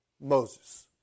Moses